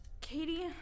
Katie